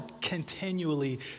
continually